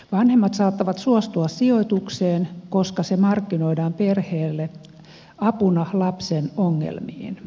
vanhemmat saattavat suostua sijoitukseen koska se markkinoidaan perheelle apuna lapsen ongelmiin